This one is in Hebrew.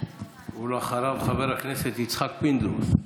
אחריו, חבר הכנסת יצחק פינדרוס.